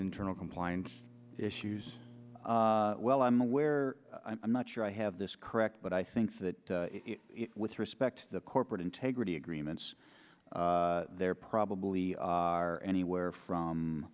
internal compliance issues well i'm aware i'm not sure i have this correct but i think that with respect to the corporate integrity agreements there probably are anywhere from